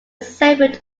separate